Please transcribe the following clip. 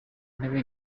ntebe